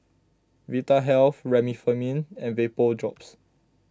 Vitahealth Remifemin and Vapodrops